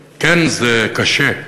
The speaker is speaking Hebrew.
"כן, זה קשה.